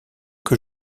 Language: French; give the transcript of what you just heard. que